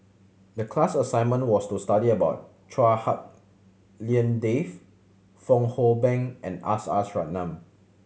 the class assignment was to study about Chua Hak Lien Dave Fong Hoe Beng and S S Ratnam